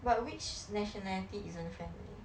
but which nationality isn't friendly